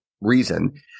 reason